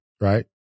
right